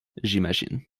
j’imagine